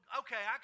okay